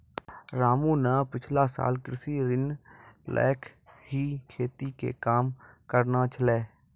रामू न पिछला साल कृषि ऋण लैकॅ ही खेती के काम करनॅ छेलै